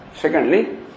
Secondly